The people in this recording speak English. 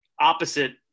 opposite –